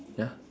ya